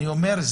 אני אומר,